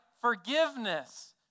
Forgiveness